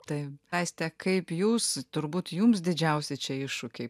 tai aiste kaip jūs turbūt jums didžiausi čia iššūkiai